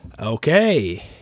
Okay